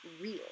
real